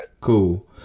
Cool